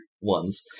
ones